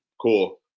cool